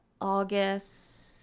August